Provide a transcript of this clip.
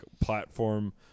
platform